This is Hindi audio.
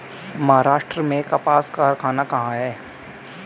महाराष्ट्र में कपास कारख़ाना कहाँ है?